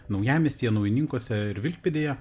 naujamiestyje naujininkuose ir vilkpėdėje